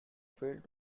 failed